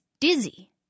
dizzy